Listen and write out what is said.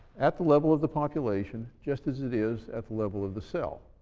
at the level of the population, just as it is at the level of the cell.